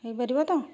ହେଇପାରିବ ତ